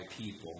people